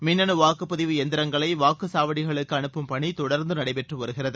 மின்னனு வாக்குப்பதிவு எந்திரங்களை வாக்குச் சாவடிகளுக்கு அனுப்பும் பணி தொடர்ந்து நடைபெற்று வருகிறது